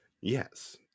Yes